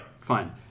fine